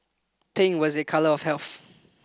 pink was a color of health